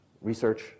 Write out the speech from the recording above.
research